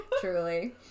Truly